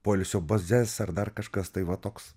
poilsio bazes ar dar kažkas tai va toks